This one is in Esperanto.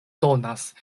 donas